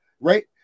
right